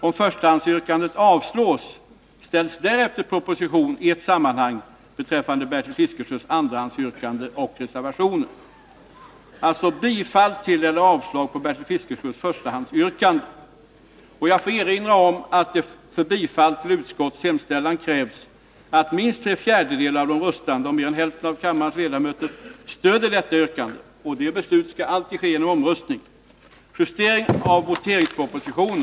Om förstahandsyrkandet avslås ställs därefter propositioner i ett sammanhang beträffande Bertil Fiskesjös andrahandsyrkande och reservationen. Om inte minst tre fjärdedelar av de röstande och mer än hälften av kammarens ledamöter röstar ja, har kammaren avslagit detta yrkande.